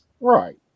Right